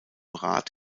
rat